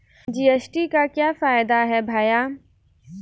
GST का क्या फायदा है भैया?